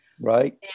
Right